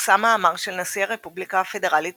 פורסם מאמר של נשיא הרפובליקה הפדרלית